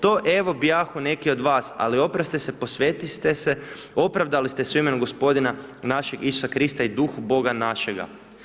To evo bijahu neki od vas, ali oproste se, posvetiste se, opravdali ste se imenu Gospodina našeg Isusa Krista i Duhu Boga našega.